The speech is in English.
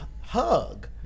hug